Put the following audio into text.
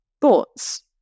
Thoughts